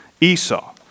Esau